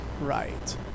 right